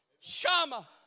Shama